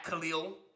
Khalil